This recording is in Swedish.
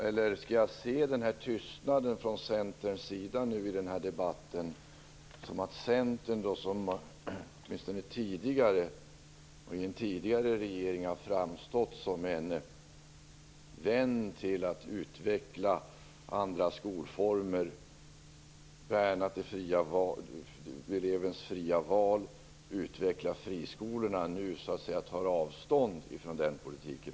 Eller skall jag se tystnaden från Centerns sida i den debatten så att Centern, som åtminstone i en tidigare regering har framstått som en vän till utvecklande av andra skolformer, värnande av elevens fria val och förkovran av friskolorna, nu tar avstånd från den politiken?